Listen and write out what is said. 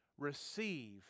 receive